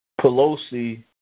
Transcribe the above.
Pelosi